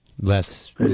less